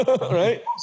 right